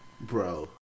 bro